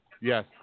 Yes